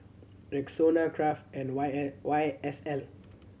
Rexona Kraft and Y Y S L